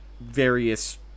various